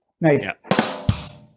nice